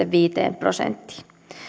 viiteen prosenttiin